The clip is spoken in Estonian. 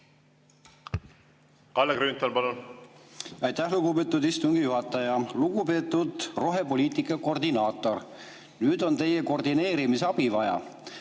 Kalle Grünthal, palun! Aitäh, lugupeetud istungi juhataja! Lugupeetud rohepoliitika koordinaator! Nüüd on teie koordineerimisabi vaja.